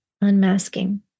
unmasking